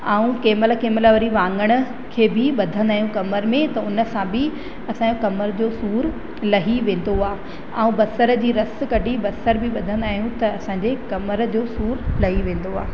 ऐं कंहिंमहिल कंहिंमहिल वरी वाङण खे बि बधंदा आहियूं कमर में त उन सां बि असांजो कमर जो सूर लही वेंदो आहे ऐं बसर जी रस कढी बसर बि बधंदा आहियूं त असांजे कमर जो सूर लही वेंदो आहे